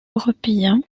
européen